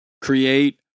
Create